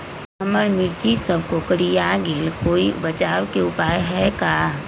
हमर मिर्ची सब कोकररिया गेल कोई बचाव के उपाय है का?